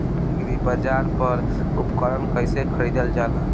एग्रीबाजार पर उपकरण कइसे खरीदल जाला?